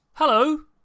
Hello